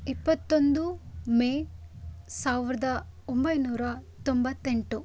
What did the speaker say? ಇಪ್ಪತ್ತೊಂದು ಮೇ ಸಾವಿರದ ಒಂಬೈನೂರ ತೊಂಬತ್ತೆಂಟು